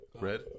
Red